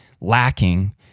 lacking